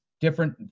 different